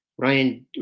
Ryan